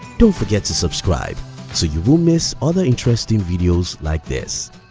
don't forget to subscribe so you won't miss other interesting videos like this.